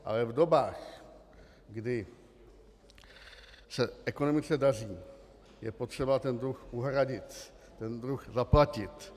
Ale v dobách, kdy se ekonomice daří, je potřeba ten dluh uhradit, ten dluh zaplatit.